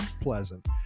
pleasant